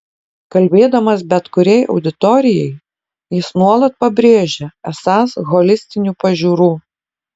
kalbėdamas bet kuriai auditorijai jis nuolat pabrėžia esąs holistinių pažiūrų